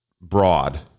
broad